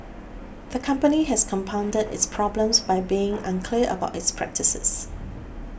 the company has compounded its problems by being unclear about its practices